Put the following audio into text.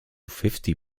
fifty